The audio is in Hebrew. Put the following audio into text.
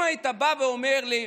אם היית בא ואומר לי: